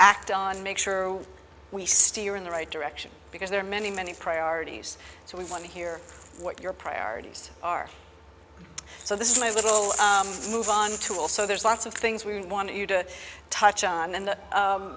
act on make sure we steer in the right direction because there are many many priorities so we want to hear what your priorities are so this is my little move on to also there's lots of things we want you to touch on and the